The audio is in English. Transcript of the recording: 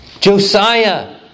Josiah